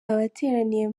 abateraniye